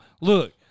Look